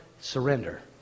Surrender